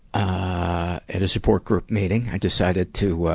ah, at a support group meeting. i decided to, ah,